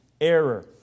error